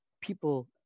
people